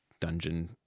dungeon